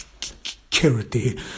security